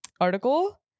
article